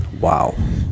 Wow